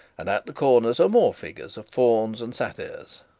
and at the corners are more figures of fawns and satyrs.